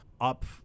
Up